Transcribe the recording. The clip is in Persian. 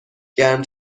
گرم